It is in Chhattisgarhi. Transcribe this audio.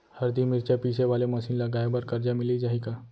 हरदी, मिरचा पीसे वाले मशीन लगाए बर करजा मिलिस जाही का?